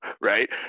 right